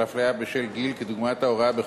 אדוני.